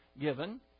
given